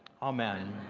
amen.